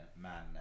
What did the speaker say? man